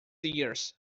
years